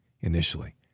initially